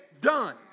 done